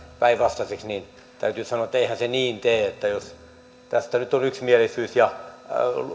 päinvastaiseksi niin täytyy sanoa että eihän se niin tee jos tästä nyt on yksimielisyys ja